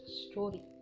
story